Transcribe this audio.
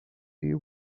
you